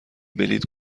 بلیط